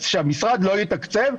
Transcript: שהמשרד לא יתקצב,